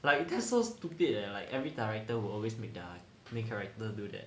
like that's so stupid leh like every director will always make their main character do that